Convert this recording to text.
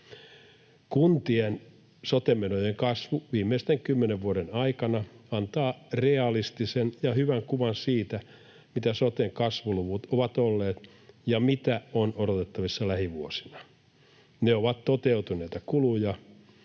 Kuntien sote-menojen kasvu viimeisten kymmenen vuoden aikana antaa realistisen ja hyvän kuvan siitä, mitä soten kasvuluvut ovat olleet ja mitä on odotettavissa lähivuosina. Ne ovat toteutuneita kuluja.